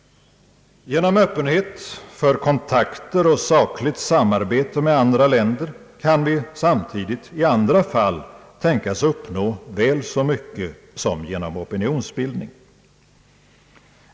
Genom Öppenhet för kontakter och sakligt samarbete med andra länder kan vi samtidigt i andra fall tänkas uppnå väl så mycket som genom opinionsbildning.